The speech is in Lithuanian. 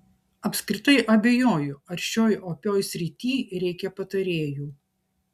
apskritai abejoju ar šioj opioj srity reikia patarėjų